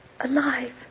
Alive